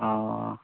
अ'